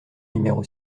numéro